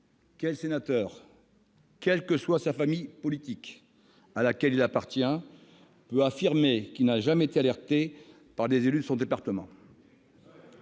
Quel sénateur, quelle que soit la famille politique à laquelle il appartient, peut affirmer qu'il n'a jamais été alerté par des élus de son département